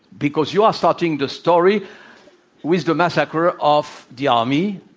because you are starting the story with the massacre of the army,